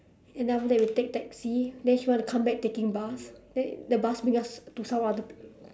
and then after that we take taxi then she want to come back taking bus then the bus bring us to some other